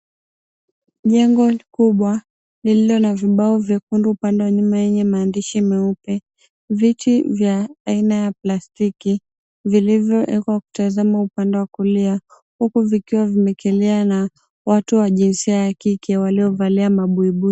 Jengo kubwa lililo na vibao vyekundu upande wa nyuma yenye maandishi meuoe, viti vya aina ya plastiki vilivyoekwa kutazama upande wa kulia huku vikiwa vimekelewa na watu wa jinsia ya kike waliovalia mabuibui.